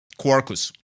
Quarkus